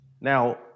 Now